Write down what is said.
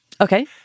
Okay